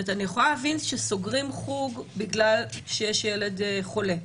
אני יכולה להבין שסוגרים חוג בגלל שיש ילד חולה,